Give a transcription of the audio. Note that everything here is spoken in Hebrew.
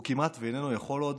הוא כמעט שאיננו יכול עוד